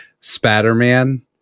Spatter-Man